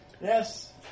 Yes